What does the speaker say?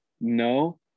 No